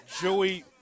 Joey